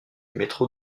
métro